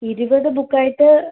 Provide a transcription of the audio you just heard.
ഇരുപത് ബുക്കായിട്ട്